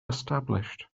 established